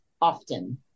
often